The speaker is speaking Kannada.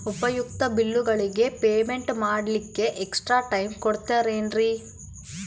ಉಪಯುಕ್ತತೆ ಬಿಲ್ಲುಗಳ ಪೇಮೆಂಟ್ ಮಾಡ್ಲಿಕ್ಕೆ ಎಕ್ಸ್ಟ್ರಾ ಟೈಮ್ ಕೊಡ್ತೇರಾ ಏನ್ರಿ?